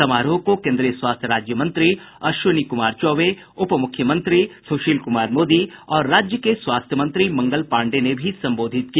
समारोह को केन्द्रीय स्वाथ्य राज्य मंत्री अश्विनी कुमार चौबे उपमुख्यमंत्री सुशील कुमार मोदी और राज्य के स्वास्थ्य मंत्री मंगल पांडेय ने भी संबोधित किया